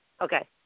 Okay